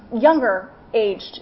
younger-aged